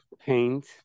paint